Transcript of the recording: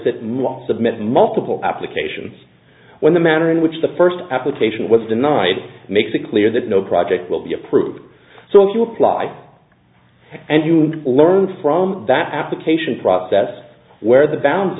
must submit multiple applications when the manner in which the first application was denied makes it clear that no project will be approved so if you apply and you learn from that application process where the bounds